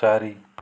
ଚାରି